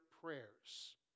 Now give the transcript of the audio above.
prayers